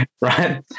Right